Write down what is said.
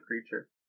creature